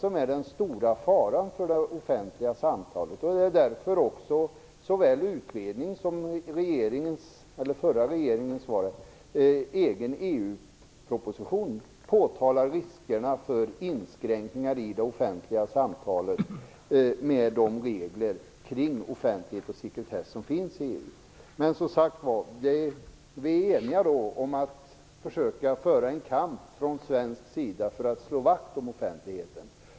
Det är den stora faran för det offentliga samtalet, och det är också därför som den förra regeringen i sin egen EU-proposition påtalar riskerna för inskränkningar i det offentliga samtalet på grund av de regler om offentlighet och sekretess som finns i EU.Vi är eniga om att försöka föra en kamp från svensk sida för att slå vakt om offentligheten.